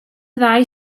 ddau